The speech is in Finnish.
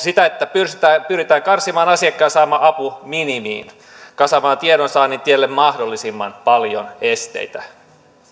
sitä että pyritään karsimaan asiakkaan saama apu minimiin kasaamaan tiedonsaannin tielle mahdollisimman paljon esteitä